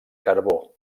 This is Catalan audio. carbó